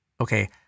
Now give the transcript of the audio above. okay